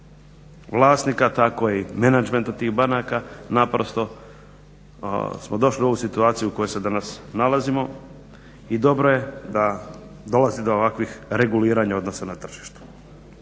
vlasnika tako i menadžmenta tih banaka naprosto smo došli u ovu situaciju u kojoj se danas nalazimo i dobro je da dolazi do ovakvih reguliranja odnosa na tržištu.